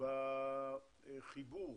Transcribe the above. של חיבור